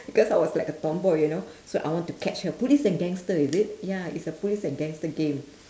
because I was like a tomboy you know so I want to catch her police and gangster is it ya it's a police and gangster game